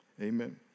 Amen